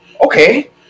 okay